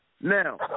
Now